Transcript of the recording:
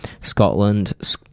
Scotland